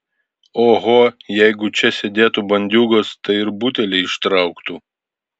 oho jeigu čia sėdėtų bandiūgos tai ir butelį ištrauktų